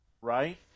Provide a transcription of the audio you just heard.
right